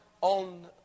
on